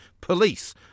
POLICE